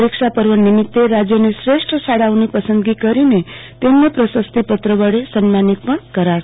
પરીક્ષા પર્વ નિમિતે રાજયની શ્રેષ્ઠ શાળાઓની પસંદગી કરીને તેમને પ્રશસ્તિ પત્ર વડે સન્માનિત પણ કરાશે